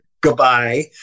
goodbye